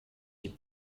die